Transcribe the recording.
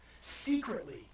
secretly